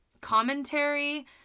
commentary